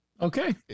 Okay